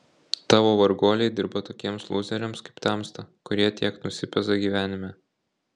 tavo varguoliai dirba tokiems lūzeriams kaip tamsta kurie tiek nusipeza gyvenime